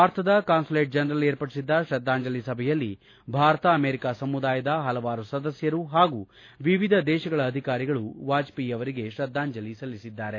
ಭಾರತದ consulate general ಏರ್ಪಡಿಸಿದ್ದ ತ್ರದ್ಲಾಂಜಲಿ ಸಭೆಯಲ್ಲಿ ಭಾರತ ಅಮೆರಿಕಾ ಸಮುದಾಯದ ಹಲವಾರು ಸದಸ್ಖರು ಹಾಗೂ ವಿವಿಧ ದೇಶಗಳ ಅಧಿಕಾರಿಗಳು ವಾಜಪೇಯಿ ಅವರಿಗೆ ತ್ರದ್ದಾಂಜಲಿ ಸಲ್ಲಿಸಿದ್ದಾರೆ